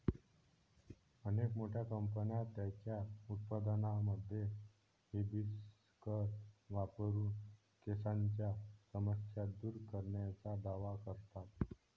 अनेक मोठ्या कंपन्या त्यांच्या उत्पादनांमध्ये हिबिस्कस वापरून केसांच्या समस्या दूर करण्याचा दावा करतात